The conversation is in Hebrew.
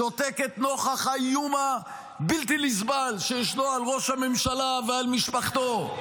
היא שותקת נוכח האיום הבלתי-נסבל שישנו על ראש הממשלה ועל משפחתו,